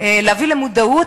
להביא למודעות,